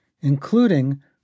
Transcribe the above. including